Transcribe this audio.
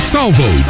Salvo